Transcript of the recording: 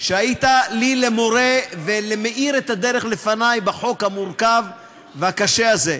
שהיית לי למורה ולמאיר את הדרך לפני בחוק המורכב והקשה הזה,